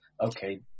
okay